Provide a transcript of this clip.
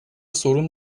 sorun